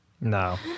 No